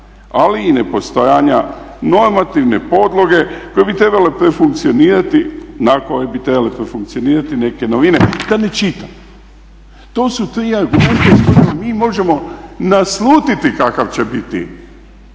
ali i nepostojanja normativne podloge na kojoj bi trebale profunkcionirati neke novine. Da ne čitam dalje. To su tri argumenta iz kojih mi možemo naslutiti kakav će biti